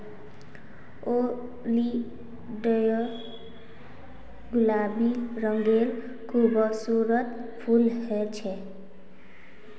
oleander गुलाबी रंगेर खूबसूरत फूल ह छेक